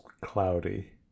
cloudy